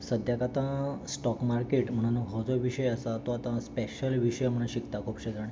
सद्द्याक आतां stock market म्हूण हो जो विशय आसा तो आतां स्पेशल विशय म्हूण शिकता खुबशे जाण